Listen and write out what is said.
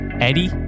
Eddie